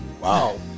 Wow